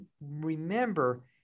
remember